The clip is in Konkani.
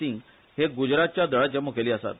सिंह हे ग्जरातच्या दळाचे मुखेली आसात